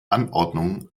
anordnungen